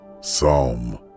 Psalm